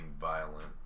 violent